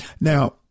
Now